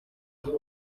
iki